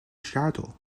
shadow